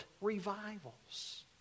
Revivals